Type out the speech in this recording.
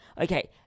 okay